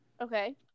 Okay